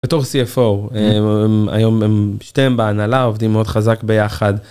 בתור cfo, היום שתיהם בהנהלה עובדים מאוד חזק ביחד.